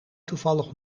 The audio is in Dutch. toevallig